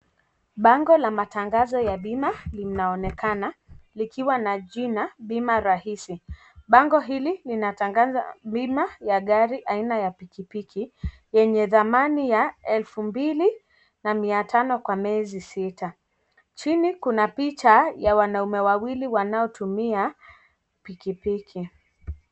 Bango la matangazo ya bima, linaonekana, likiwa na jina, bima rahisi, bango hili linatangaza, bima ya gaei aina ya pikipiki, yenye thamani ya elfu mbili, na mia tano kwa miezi sita, chini kuna picha ya wanaume wawili wanaotumia pikipiki.